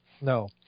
No